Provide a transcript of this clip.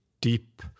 deep